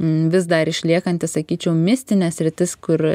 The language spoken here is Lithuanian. vis dar išliekanti sakyčiau mistinė sritis kur